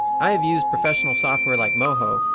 i have used professional software like moho,